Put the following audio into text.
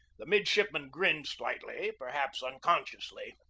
the midshipman grinned slightly, perhaps unconsciously.